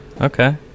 Okay